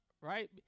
Right